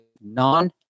non-